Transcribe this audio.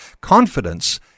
confidence